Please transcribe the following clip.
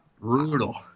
Brutal